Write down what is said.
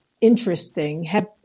interesting